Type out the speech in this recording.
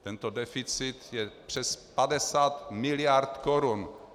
Tento deficit je přes 50 miliard korun.